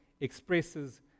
expresses